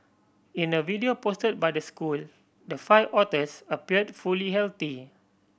in a video posted by the school the five otters appeared fully healthy